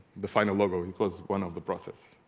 the final logo it was one of the process